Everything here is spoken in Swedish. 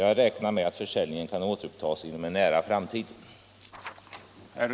Jag räknar med att försäljningen kan återupptas inom en nära framtid.